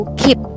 keep